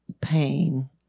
pain